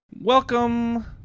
Welcome